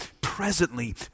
presently